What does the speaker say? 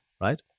right